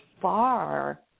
far